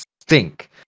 stink